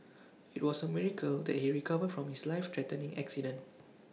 IT was A miracle that he recovered from his life threatening accident